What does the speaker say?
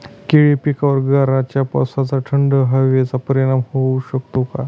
केळी पिकावर गाराच्या पावसाचा, थंड हवेचा परिणाम होऊ शकतो का?